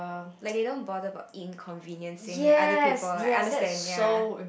like they don't bother about inconveniencing other people like I understand ya